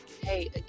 hey